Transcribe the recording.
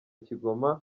kigoma